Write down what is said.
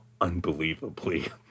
unbelievably